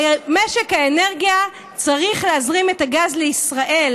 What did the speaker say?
משק האנרגיה צריך להזרים את הגז לישראל